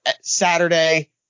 Saturday